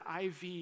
IV